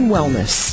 Wellness